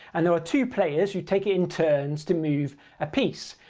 and there are two players. you take it in turns to move a piece.